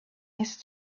his